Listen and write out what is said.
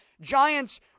Giants